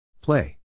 Play